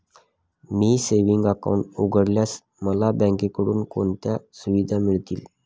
मी savings account उघडल्यास मला बँकेकडून कोणत्या सुविधा मिळतील?